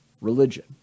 religion